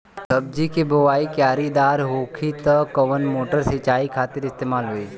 सब्जी के बोवाई क्यारी दार होखि त कवन मोटर सिंचाई खातिर इस्तेमाल होई?